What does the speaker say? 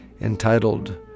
entitled